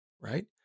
right